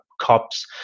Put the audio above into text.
cops